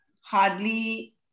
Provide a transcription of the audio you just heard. hardly